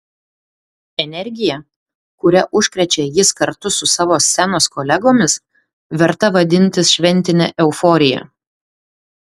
energija kuria užkrečia jis kartu su savo scenos kolegomis verta vadintis šventine euforija